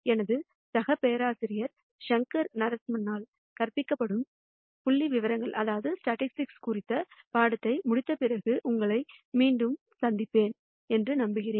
எனது சக பேராசிரியர் ஷங்கர் நரசிம்மனால் கற்பிக்கப்படும் புள்ளிவிவரங்கள் குறித்த பாடத்தை முடித்தபிறகு உங்களை மீண்டும் சந்திப்பேன் என்று நம்புகிறேன்